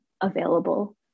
available